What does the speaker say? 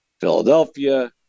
Philadelphia